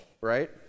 right